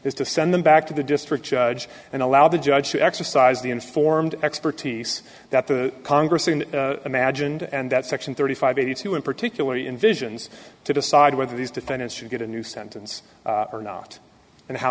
is to send them back to the district judge and allow the judge to exercise the informed expertise that the congressmen imagined and that section thirty five eighty two in particular he envisions to decide whether these defendants should get a new sentence or not and how